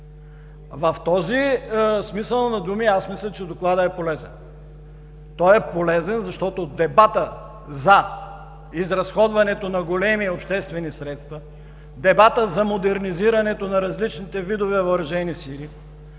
В този смисъл аз мисля, че Докладът е полезен. Той е полезен, защото дебатът за изразходването на големи обществени средства, дебатът за модернизирането на различните видове въоръжени сили,